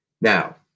Now